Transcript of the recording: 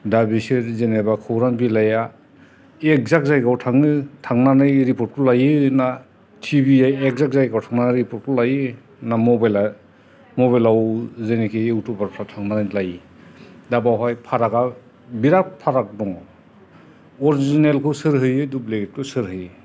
दा बिसोर जेनोबा खौरां बिलाइया एगजाग जायगायाव थाङो थांनानै रिपर्ट खौ लायो ना टिबियै एगजाग जायगायाव थांनानै रिपर्ट खौ लायो ना मबाइला मबाइलाव जेनोखि इउटुबारस फ्रा थांनानै लायो दा बावहाय फारागा बिराथ फाराग दङ' अरजिनेल खौ सोर होयो दुपलिकेट खौ सोर होयो